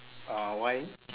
uh why